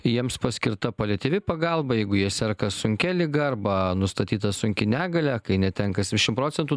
jiems paskirta paliatyvi pagalba jeigu jie serka sunkia liga arba nustatyta sunki negalia kai netenka septyniasšim procentų